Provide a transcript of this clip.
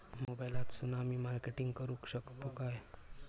मोबाईलातसून आमी मार्केटिंग करूक शकतू काय?